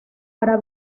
para